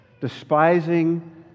despising